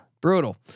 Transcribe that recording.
brutal